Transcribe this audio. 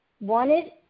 wanted